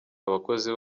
abakozi